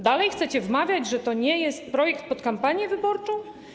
Dalej chcecie wmawiać, że to nie jest projekt skrojony pod kampanię wyborczą?